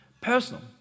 personal